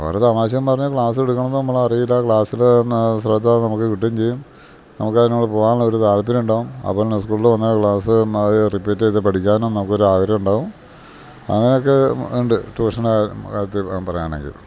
ഓരോ തമാശേം പറഞ്ഞ് ക്ലാസ് എടുക്കണതും നമ്മൾ അറിയില്ല ക്ലാസിൽ എന്നാ ശ്രദ്ധാ നമുക്ക് കിട്ടുകയും ചെയ്യും നമുക്ക് അതിനുള്ള പോകാനുള്ള ഒരു താല്പര്യോണ്ടാവും അത്പോലെ തന്നെ സ്കൂളിൽ വന്ന ക്ലാസ് റിപ്പീറ്റ് ചെയ്ത് പഠിക്കാനും നമുക്ക് ഒരു ആഗ്രഹം ഉണ്ടാവും അങ്ങനെ ഒക്കെ ഉണ്ട് ട്യൂഷന് കാര്യത്തിൽ പറയാണെങ്കിൽ